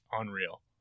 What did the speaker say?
unreal